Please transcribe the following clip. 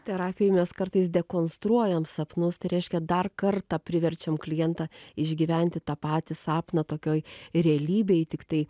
terapijoj mes kartais dekonstruojam sapnus tai reiškia dar kartą priverčiam klientą išgyventi tą patį sapną tokioj realybėj tiktai